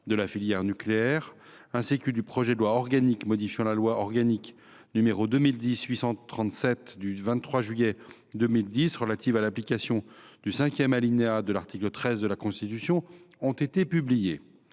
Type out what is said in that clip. de la filière nucléaire et du projet de loi organique modifiant la loi organique n° 2010 837 du 23 juillet 2010 relative à l’application du cinquième alinéa de l’article 13 de la Constitution ont été publiées.